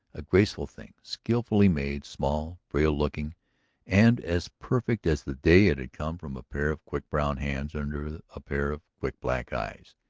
a graceful thing skilfully made, small, frail-looking, and as perfect as the day it had come from a pair of quick brown hands under a pair of quick black eyes.